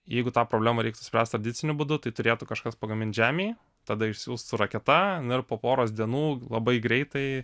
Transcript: jeigu tą problemą reiktų spręst tradiciniu būdu tai turėtų kažkas pagamint žemėj tada išsiųst su raketa nu ir po poros dienų labai greitai